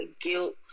guilt